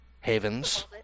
havens